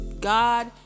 god